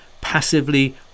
passively